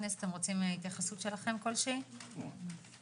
אתמול דיברנו עם משרד הבריאות והבנו שיש קבוצה אחת כזאת שאמורה לעזוב